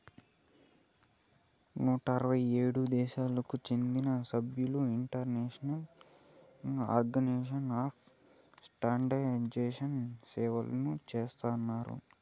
నూట అరవై ఏడు దేశాలకు చెందిన సభ్యులు ఇంటర్నేషనల్ ఆర్గనైజేషన్ ఫర్ స్టాండర్డయిజేషన్ని సేవలు చేస్తున్నారు